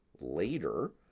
later